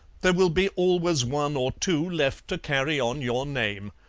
there will be always one or two left to carry on your name.